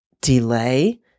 delay